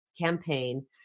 campaign